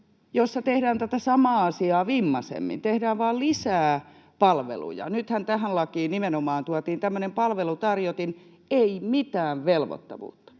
jossa tehdään tätä samaa asiaa vimmaisemmin, tehdään vain lisää palveluja? Nythän tähän lakiin nimenomaan tuotiin tämmöinen palvelutarjotin — ei mitään velvoittavuutta.